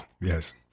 Yes